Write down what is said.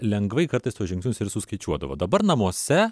lengvai kartais tuos žingsnius ir suskaičiuodavo dabar namuose